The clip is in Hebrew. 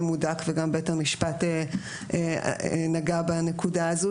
הוא דק וגם בית המשפט נגע בנקודה הזו,